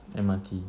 M_R_T